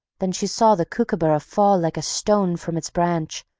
than she saw the kookooburra fall like a stone from its branch,